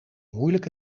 moeilijk